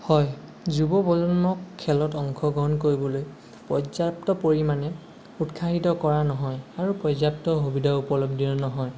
হয় যুৱ প্ৰজন্মক খেলত অংশগ্ৰহণ কৰিবলৈ পৰ্যাপ্ত পৰিমাণে উৎসাহিত কৰা নহয় আৰু পৰ্যাপ্ত সুবিধাও উপলব্ধও নহয়